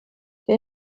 der